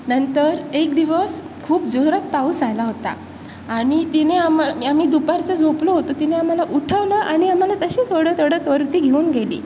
नंतर एक दिवस खूप जोरात पाऊस आला होता आणि तिने आम्हाला आम्ही दुपारचं झोपलो होतो तिने आम्हाला उठवलं आणि आम्हाला तशीच ओढत ओढत वरती घेऊन गेली